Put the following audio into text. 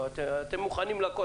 אתם מוכנים לכל,